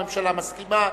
הממשלה מסכימה,